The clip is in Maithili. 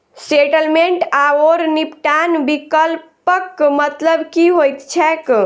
सेटलमेंट आओर निपटान विकल्पक मतलब की होइत छैक?